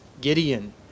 Gideon